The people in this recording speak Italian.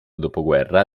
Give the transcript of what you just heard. dopoguerra